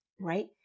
right